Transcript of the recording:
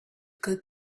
good